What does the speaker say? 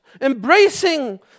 embracing